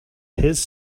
his